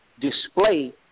display